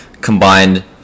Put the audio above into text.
combined